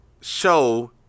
Show